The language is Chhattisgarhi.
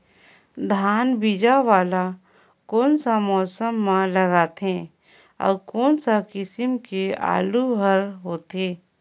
धान बीजा वाला कोन सा मौसम म लगथे अउ कोन सा किसम के आलू हर होथे?